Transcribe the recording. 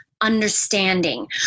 understanding